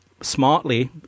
smartly